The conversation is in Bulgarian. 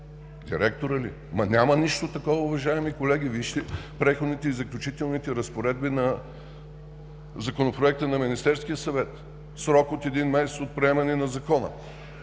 Директорът ли? Няма нищо такова, уважаеми колеги, вижте „Преходните и заключителни разпоредби“ на Законопроекта на Министерския съвет – в срок от един месец от приемане на Закона